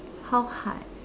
how hard